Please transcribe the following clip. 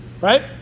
right